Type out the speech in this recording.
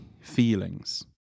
feelings